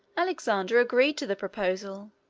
alexander agreed to the proposal,